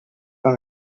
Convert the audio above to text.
pas